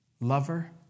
Lover